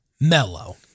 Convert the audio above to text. mellow